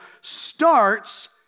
starts